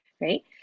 right